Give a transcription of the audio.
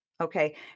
okay